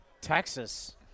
Texas